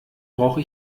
brauche